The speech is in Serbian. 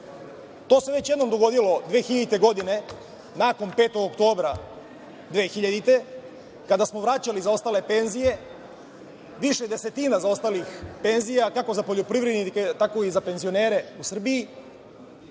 To se već jednom dogodilo 2000. godine, nakon 5. oktobra 2000. godine, kada smo vraćali zaostale penzije, više desetina zaostalih penzija, kako za poljoprivrednike, tako i za penzionere u Srbiji